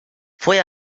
fue